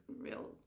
real